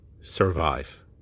survive